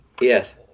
Yes